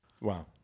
Wow